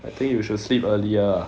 I think you should sleep earlier